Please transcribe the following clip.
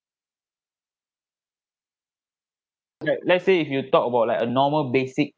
right let's say if you talk about like a normal basic